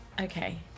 okay